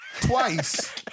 Twice